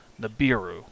Nibiru